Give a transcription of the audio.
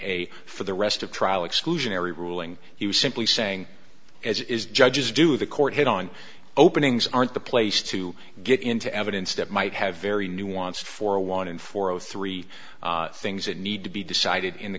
a for the rest of trial exclusionary ruling he was simply saying as is judges do the court had on openings aren't the place to get into evidence that might have very nuanced for a one in four zero three things that need to be decided in the